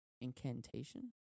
incantation